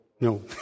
No